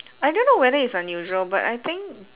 I don't know whether it's unusual but I think